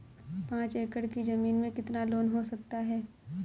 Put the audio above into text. पाँच एकड़ की ज़मीन में कितना लोन हो सकता है?